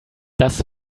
das